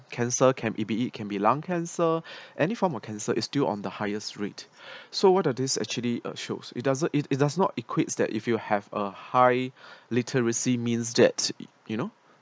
cancer can it be it can be lung cancer any form of cancer is still on the highest rate so what are these actually uh shows it doesn't it it does not equate that if you have a high literacy means that you know